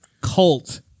cult